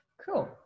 cool